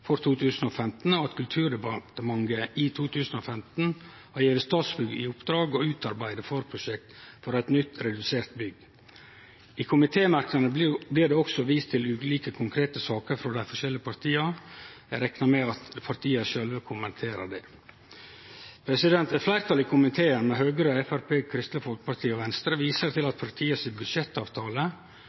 i 2015 har gjeve Statsbygg i oppdrag å utarbeide forprosjekt for eit nytt, redusert bygg. I komitémerknadane blir det òg vist til ulike konkrete saker frå dei forskjellige partia. Eg reknar med at partia sjølve kommenterer dei. Eit fleirtal i komiteen, med Høgre, Framstegspartiet, Kristeleg Folkeparti og Venstre, viser til partia si budsjettavtale, der det blir vist til at